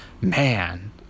man